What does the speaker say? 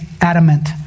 adamant